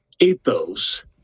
ethos